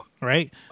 right